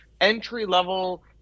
entry-level